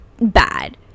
bad